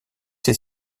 ces